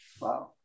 wow